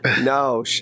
No